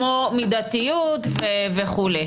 כמו מידתיות וכו'.